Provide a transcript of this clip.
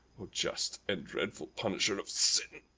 o just and dreadful punisher of sin,